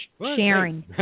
sharing